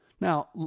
Now